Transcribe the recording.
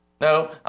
No